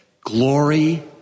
glory